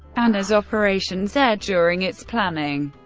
and as operation z during its planning.